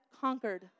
conquered